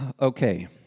Okay